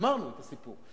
גמרנו את הסיפור.